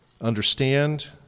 understand